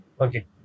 Okay